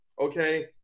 okay